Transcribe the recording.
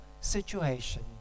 situation